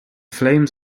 flames